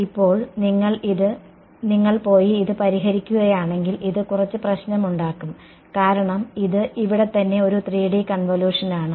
ഇപ്പോൾ നിങ്ങൾ പോയി ഇത് പരിഹരിക്കുകയാണെങ്കിൽ ഇത് കുറച്ച് പ്രശ്നമുണ്ടാക്കും കാരണം ഇത് ഇവിടെത്തന്നെ ഒരു 3D കൺവല്യൂഷനാണ്